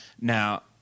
now